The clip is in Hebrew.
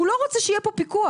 הוא לא רוצה שיהיה פה פיקוח.